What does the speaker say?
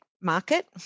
market